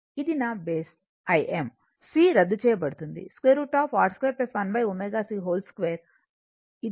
ఇది నా base Im C రద్దు చేయబడుతుంది √ R 2 1 ω c 2 ఇది cos θ